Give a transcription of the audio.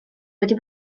wedi